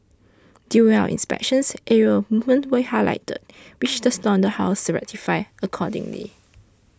during our inspections areas of improvement were highlighted which the slaughterhouse rectified accordingly